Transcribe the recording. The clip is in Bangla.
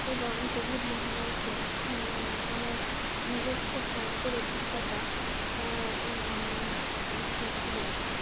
এবং কোভিড মহামারীতে আমার নিজস্ব ভয়ঙ্কর অভিজ্ঞতা আর সৃষ্টি হয়েছে